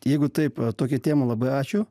jeigu taip tokia tema labai ačiū